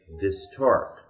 distort